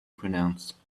pronounce